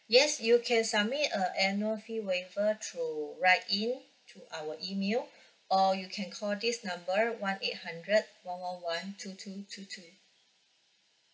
yes you can submit a annual fee waiver through write in through our email or you can call this number one eight hundred one one one two two two two